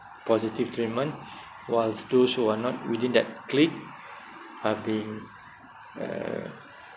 positive treatment while those who are not within that clique are being uh